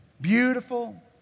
beautiful